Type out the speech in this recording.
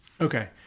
Okay